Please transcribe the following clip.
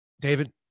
David